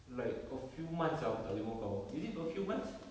like a few months dah aku tak jumpa kau is it a few months